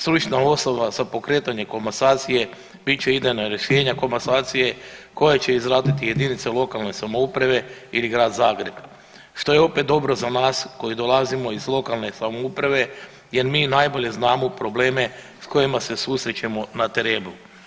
Suvišna osnova za pokretanje komasacije bit će idejna rješenja komasacije koja će izraditi jedinice lokalne samouprave ili Grad Zagreb što je opet dobro za nas koji dolazimo iz lokalne samouprave jer mi najbolje znamo probleme s kojima se susrećemo na terenu.